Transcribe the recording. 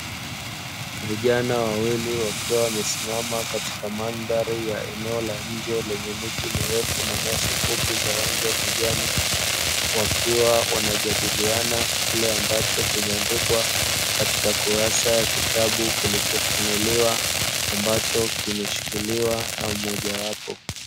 Vijana wawili wakiwa wamesimama katika mandhari ya eneo la nje lenye miti mirefu na nyasi fupi za rangi ya kijani, wakiwa wanajadiliana kile ambacho kimeandikwa, katika kurasa ya kitabu kilichofunuliwa, ambacho kimeshikiliwa na mmoja wao.